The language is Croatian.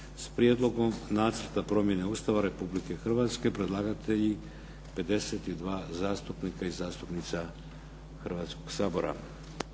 s prijedlogom nacrta promjene Ustava Republike Hrvatske. Predlagatelji 52 zastupnika i zastupnica Hrvatskog sabora.